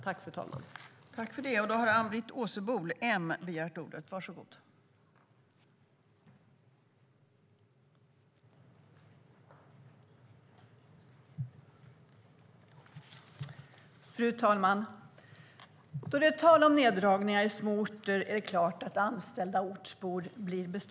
Förste vice talmannen meddelade att Peter Hultqvist som framställt interpellationen var förhindrad att delta i överläggningen.